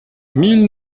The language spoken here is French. mille